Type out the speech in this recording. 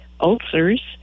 ulcers